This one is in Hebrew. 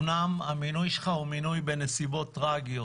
אומנם המינוי שלך הוא מינוי בנסיבות טרגיות